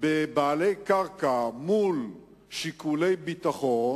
בבעלי קרקע מול שיקולי ביטחון,